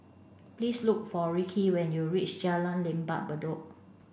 please look for Ricky when you reach Jalan Lembah Bedok